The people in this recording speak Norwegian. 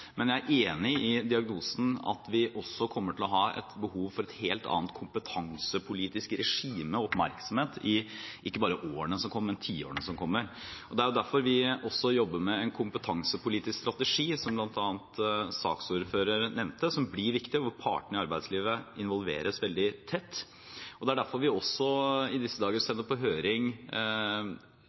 Men jeg er enig i diagnosen at vi også kommer til å ha behov for et helt annet kompetansepolitisk regime og for oppmerksomhet i ikke bare årene som kommer, men i tiårene som kommer. Det er derfor vi jobber med en kompetansepolitisk strategi, som bl.a. saksordføreren nevnte, som blir viktig, hvor partene i arbeidslivet involveres veldig tett, og det er derfor vi også i disse dager sender på høring